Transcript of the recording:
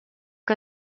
que